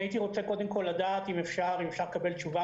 הייתי רוצה לדעת האם אפשר לקבל תשובה